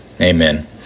Amen